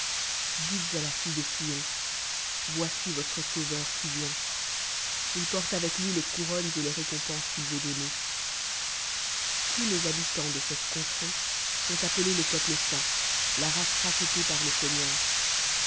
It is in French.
dites à la fille de sion yoici votre sauveur qui vient r il porie avec lui les couronrtes et les rcrcontyensrsqu'ilveut donner tous les habitants de cette contrée sont appelés le peuple saint la race rachetée par e seigneur